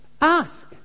Ask